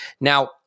Now